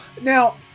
Now